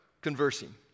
conversing